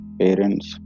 parents